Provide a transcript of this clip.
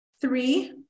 three